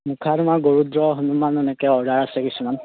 মুখা তোমাৰ হনুমান এনেকৈ অৰ্ডাৰ আছে কিছুমান